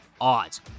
odds